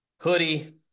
hoodie